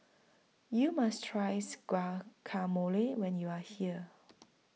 YOU must tries Guacamole when YOU Are here